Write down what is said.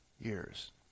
years